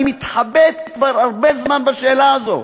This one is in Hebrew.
אני מתחבט כבר הרבה זמן בשאלה הזאת.